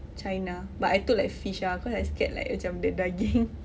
china but I took like fish ah cause I scared like macam the daging